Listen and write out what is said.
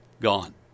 Gone